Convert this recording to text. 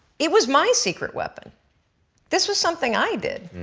it was my secret weapon this was something i did,